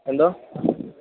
എന്തോ